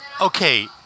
Okay